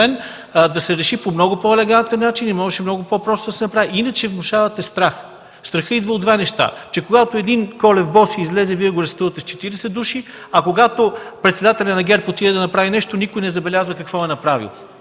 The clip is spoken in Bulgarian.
да се реши по много по-елегантен начин и можеше много по-просто да се направи. Иначе внушавате страх. Страхът идва от две неща – че когато един Кольо Босия излезе, Вие го арестувате с 40 души, а когато председателят на ГЕРБ отиде да направи нещо, никой не забелязва какво е направил.